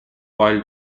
wild